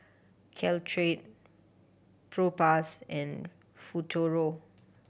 Caltrate Propass and Futuro